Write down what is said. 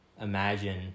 imagine